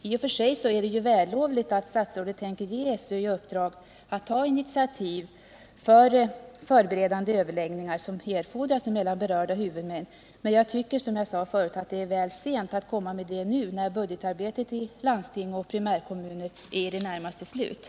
I och för sig är det vällovligt att statsrådet tänker ge SÖ i uppdrag att ta initiativ till de förberedande överläggningar som erfordras mellan berörda huvudmän, men jag tycker, som jag sade förut, att det är väl sent att komma med det nu, när budgetarbetet i landsting och primärkommuner är i det närmaste avslutat.